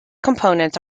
components